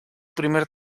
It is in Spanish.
primer